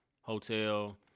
hotel